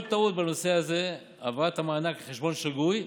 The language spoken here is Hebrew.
כל טעות בנושא הזה, העברת המענק לחשבון שגוי,